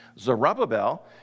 Zerubbabel